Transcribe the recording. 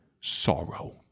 sorrow